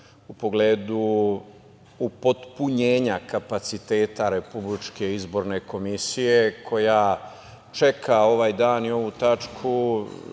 u pogledu upotpunjenja kapaciteta Republičke izborne komisije koja čeka ovaj dan i ovu tačku